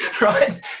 Right